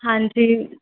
ਹਾਂਜੀ